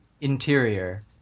Interior